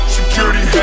Security